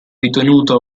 ritenuta